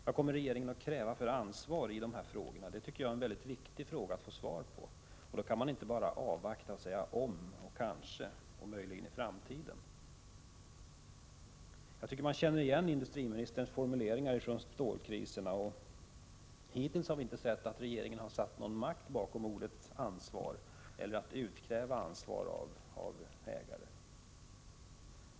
Vad kommer regeringen att kräva för ansvar i det här fallet? Det tycker jag är en mycket viktig fråga, som måste få ett svar. Man kan inte bara avvakta och säga om, kanske och möjligen i framtiden. Jag tycker att man känner igen industriministerns formuleringar från stålkriserna. Hittills har vi inte sett att regeringen har satt någon makt bakom ordet ”ansvar” eller att man utkrävt något ansvar av ägare.